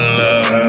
love